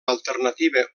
alternativa